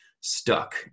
stuck